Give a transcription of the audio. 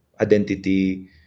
identity